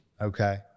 okay